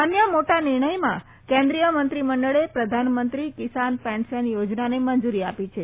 અન્ય મોટા નિર્ણયમાં કેન્દ્રીય મંત્રી મંડળે પ્રધાનમંત્રી કિસાન પેન્શન યોજનાને મંજુરી આપી છે